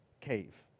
cave